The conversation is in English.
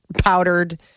powdered